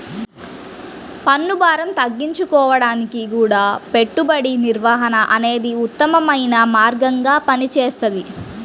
పన్నుభారం తగ్గించుకోడానికి గూడా పెట్టుబడి నిర్వహణ అనేదే ఉత్తమమైన మార్గంగా పనిచేస్తది